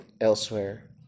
elsewhere